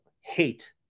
hate